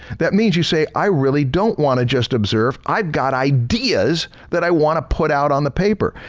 that means you say i really don't want to just observe, i've got ideas that i want to put out on the paper.